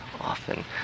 often